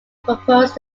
proposed